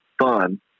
fun